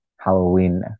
Halloween